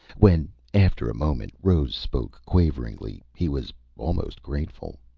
when, after a moment, rose spoke quaveringly, he was almost grateful